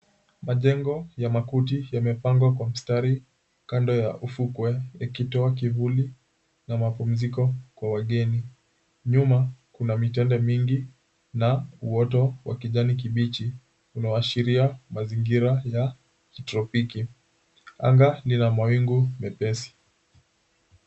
Majengo ya makuti yamepangwa kwa mstari kando ya ufukwe yakitoa kivuli na mapumziko kwa wageni. Nyuma kuna mitende mingi na uoto wa kijani kibichi unaoashiria mazingira ya kitropiki. Anga lina mawingu mepesi.